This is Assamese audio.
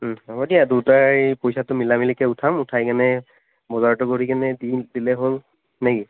ও হ'ব দিয়া দুয়োটাই পইচাটো মিলা মিলিকৈ উঠাম উঠাইকেনে বজাৰটো কৰিকেনে দিলে হ'ল নে কি